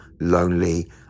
lonely